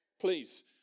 Please